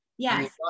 Yes